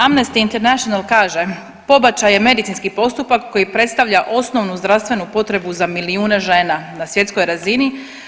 Amnesty International kaže, pobačaj je medicinski postupak koji predstavlja osnovnu zdravstvenu potrebu za milijune žena na svjetskoj razini.